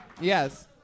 Yes